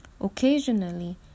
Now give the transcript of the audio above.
Occasionally